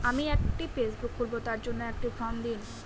আমি একটি ফেসবুক খুলব তার জন্য একটি ফ্রম দিন?